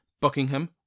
Buckingham